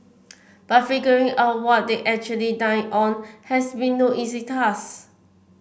but figuring out what they actually dined on has been no easy task